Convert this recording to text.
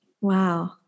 Wow